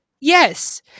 Yes